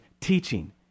teaching